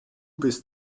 bist